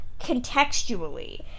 contextually